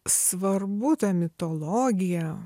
svarbu ta mitologija